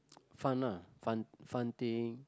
fun ah fun fun thing